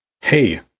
Hey